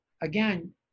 again